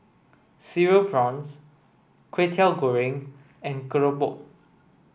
cereal prawns Kwetiau Goreng and Keropok